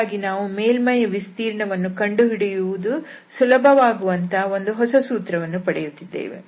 ಹಾಗಾಗಿ ನಾವು ಮೇಲ್ಮೈಯ ವಿಸ್ತೀರ್ಣವನ್ನು ಕಂಡುಹಿಡಿಯುವುದು ಸುಲಭವಾಗುವಂತ ಒಂದು ಹೊಸ ಸೂತ್ರವನ್ನು ಪಡೆಯುತ್ತಿದ್ದೇವೆ